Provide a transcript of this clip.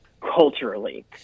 culturally